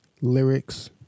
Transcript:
lyrics